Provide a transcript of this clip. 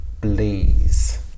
please